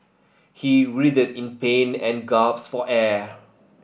he writhed in pain and gasped for air